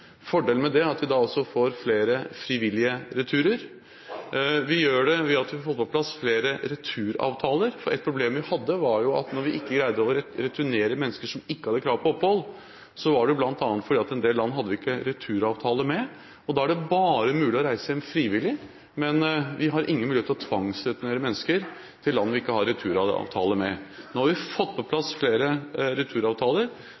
Fordelen ved det er at vi da også får flere frivillige returer. Vi gjør det ved at vi får på plass flere returavtaler, for et problem vi hadde, var jo at når vi ikke greide å returnere mennesker som ikke hadde krav på opphold, var det bl.a. fordi det var en del land vi ikke hadde returavtale med, og da var det bare mulig å reise hjem frivillig. Men vi har ingen mulighet til å tvangsreturnere mennesker til land vi ikke har returavtale med. Nå har vi fått på